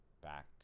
back